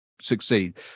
succeed